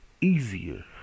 easier